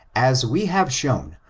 as we have shown,